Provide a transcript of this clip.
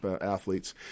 athletes